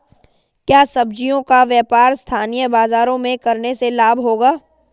क्या सब्ज़ियों का व्यापार स्थानीय बाज़ारों में करने से लाभ होगा?